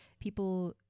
People